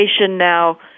now